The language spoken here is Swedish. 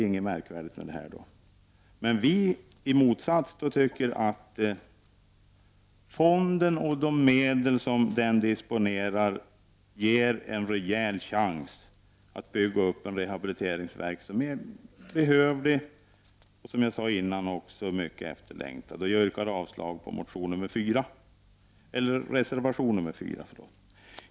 I motsats till reservanterna anser utskottsmajoriteten att fonden och de medel som den disponerar ger en rejäl chans att bygga upp en behövlig och mycket efterlängtad rehabiliteringsverksamhet. Jag yrkar avslag på reservation 4.